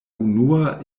unua